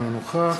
אינו נוכח